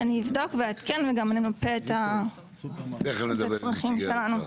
אבדוק ואעדכן וגם נבצע את הצרכים שלנו.